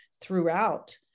throughout